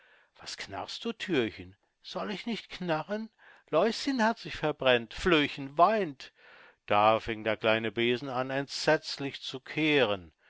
was knarrst du thürchen soll ich nicht knarren läuschen hat sich verbrennt flöhchen weint da fing der kleine besen an entsetzlich zu kehren